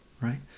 right